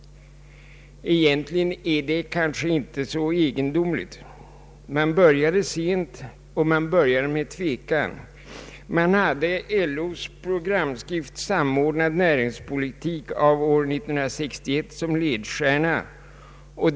Egentligen är det kanske inte så egendomligt. Man började sent, och man började med tvekan. Man hade LO:s programskrift ”Samordnad näringspolitik” av år 1961 som ledstjärna.